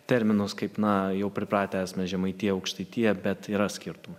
terminus kaip na jau pripratęs mes žemaitija aukštaitija bet yra skirtumų